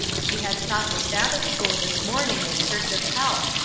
she had sought the sabbath-school this morning in search of help.